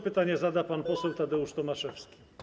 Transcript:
Pytanie zada pan poseł Tadeusz Tomaszewski.